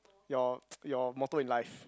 your your motto in life